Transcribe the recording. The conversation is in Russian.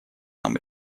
нам